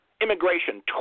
Immigration